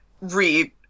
read